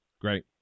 great